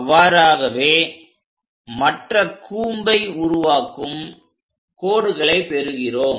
அவ்வாறாகவே மற்ற கூம்பை உருவாக்கும் கோடுகளை பெறுகிறோம்